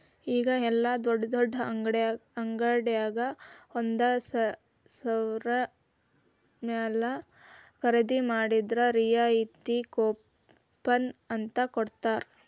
ಈಗ ಯೆಲ್ಲಾ ದೊಡ್ಡ್ ದೊಡ್ಡ ಅಂಗಡ್ಯಾಗ ಒಂದ ಸಾವ್ರದ ಮ್ಯಾಲೆ ಖರೇದಿ ಮಾಡಿದ್ರ ರಿಯಾಯಿತಿ ಕೂಪನ್ ಅಂತ್ ಕೊಡ್ತಾರ